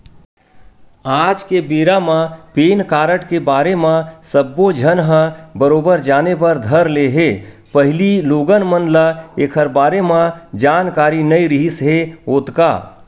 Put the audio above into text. आज के बेरा म पेन कारड के बारे म सब्बो झन ह बरोबर जाने बर धर ले हे पहिली लोगन मन ल ऐखर बारे म जानकारी नइ रिहिस हे ओतका